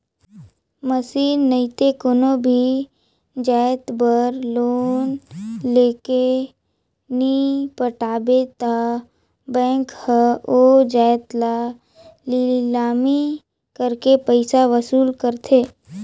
machine नइते कोनो भी जाएत बर लोन लेके नी पटाबे ता बेंक हर ओ जाएत ल लिलामी करके पइसा वसूली करथे